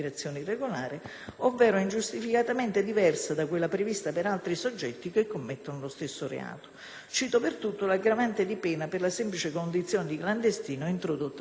Cito per tutte l'aggravante di pena per la semplice condizione di clandestino introdotta con il decreto-legge sicurezza del 23 maggio 2008, n. 92, convertito con legge 24 luglio 2008,